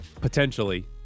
Potentially